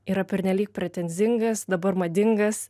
yra pernelyg pretenzingas dabar madingas